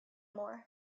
more